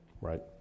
right